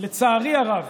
לצערי הרב,